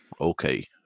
Okay